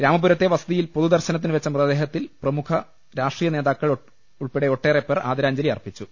രാമപുരത്തെ വസതിയിൽ പൊതുദർശനത്തിനുവെച്ച മൃത ദേഹത്തിൽ പ്രമുഖ രാഷ്ട്രീയനേതാക്കൾ ഉൾപ്പെടെ ഒട്ടേറെ പേർ ആദരാഞ്ജ ലി അർപ്പിച്ചു